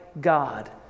God